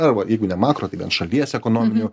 arba jeigu ne makro tai bent šalies ekonominiu